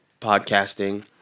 podcasting